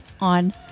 on